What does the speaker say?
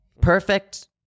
Perfect